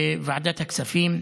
בוועדת הכספים.